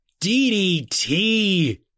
DDT